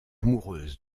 amoureuse